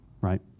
right